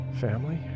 family